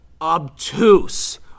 obtuse